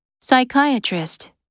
Psychiatrist